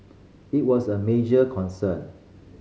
it was a major concern